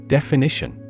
Definition